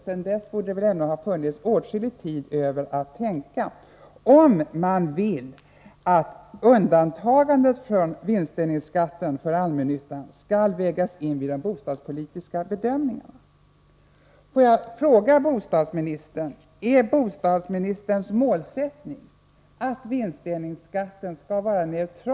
Sedan dess borde det ha funnits åtskilligt med tid över att tänka, om man vill att undantagandet från vinstdelningsskatten för allmännyttan skall vägas in vid de bostadspolitiska bedömningarna.